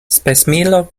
spesmilo